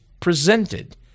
presented